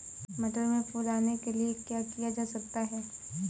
मटर में फूल आने के लिए क्या किया जा सकता है?